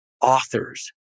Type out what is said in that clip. authors